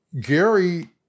Gary